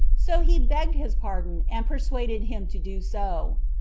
so he begged his pardon, and persuaded him to do so.